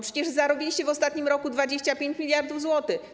Przecież zarobiliście w ostatnim roku 25 mld zł.